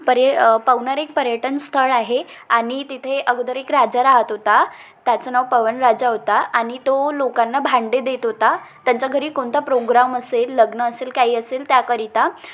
परय पवनार एक पर्यटन स्थळ आहे आणि तिथे अगोदर एक राजा राहत होता त्याचं नाव पवन राजा होता आणि तो लोकांना भांडे देत होता त्यांच्या घरी कोणता प्रोग्राम असेल लग्न असेल काही असेल त्याकरिता